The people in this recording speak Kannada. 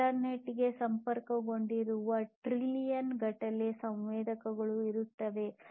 ಇಂಟರ್ನೆಟ್ ಗೆ ಸಂಪರ್ಕಗೊಂಡಿರುವ ಟ್ರಿಲಿಯನ್ ಗಟ್ಟಳೆ ಸಂವೇದಕಗಳು ಇರುತ್ತವೆ